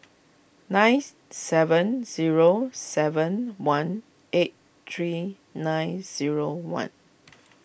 nine seven zero seven one eight three nine zero one